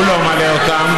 הוא לא מעלה אותם.